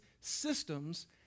systems